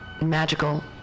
magical